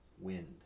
wind